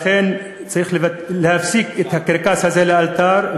לכן צריך להפסיק את הקרקס הזה לאלתר.